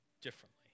differently